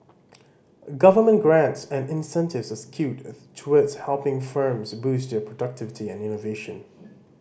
government grants and incentives are skewed towards helping firms boost their productivity and innovation